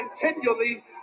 continually